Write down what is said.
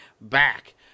back